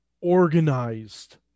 organized